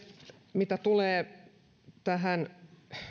mitä tulee tähän